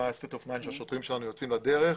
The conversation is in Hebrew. מה ה-סטייט אוף מיינד אתו השוטרים שלנו יוצאים לדרך.